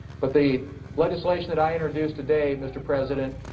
but the legislation that i introduced today, mr. president,